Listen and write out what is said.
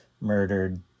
murdered